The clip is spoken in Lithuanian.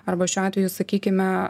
arba šiuo atveju sakykime